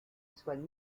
soient